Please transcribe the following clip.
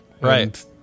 Right